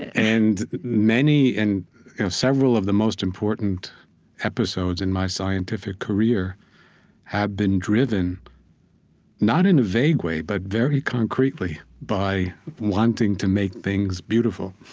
and and several of the most important episodes in my scientific career have been driven not in a vague way, but very concretely by wanting to make things beautiful.